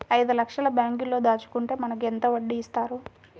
ఐదు లక్షల బ్యాంక్లో దాచుకుంటే మనకు ఎంత వడ్డీ ఇస్తారు?